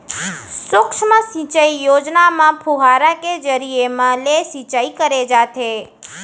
सुक्ष्म सिंचई योजना म फुहारा के जरिए म ले सिंचई करे जाथे